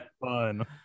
fun